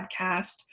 podcast